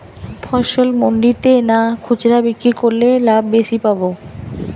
ফসল মন্ডিতে না খুচরা বিক্রি করলে লাভ বেশি পাব?